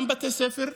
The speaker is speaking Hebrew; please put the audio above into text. גם בתי הספר,